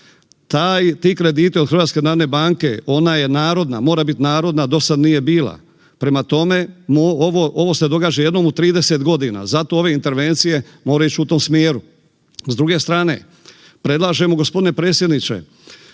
ti krediti od HNB-a, ona je narodna, mora biti narodna, dosad nije bila. Prema tome, ovo se događa jednom u 30 godina, zato ove intervencije moraju ići u tom smjeru. S druge strane, predlažemo, g. predsjedniče,